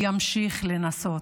הוא ימשיך לנסות,